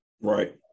right